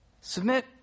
Submit